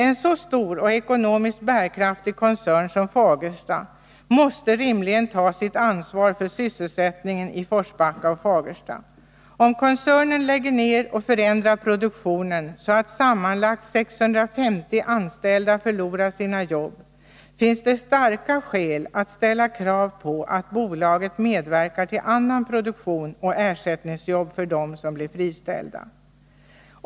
En så stor och ekonomiskt bärkraftig koncern som Fagersta måste rimligen ta sitt ansvar för sysselsättningen i Forsbacka och Fagersta. Om koncernen lägger ner och förändrar produktionen så att sammanlagt 650 anställda förlorar sina jobb, finns det starka skäl att ställa krav på att bolaget medverkar till annan produktion och ersättningsjobb för dem som blir friställda.